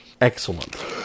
excellent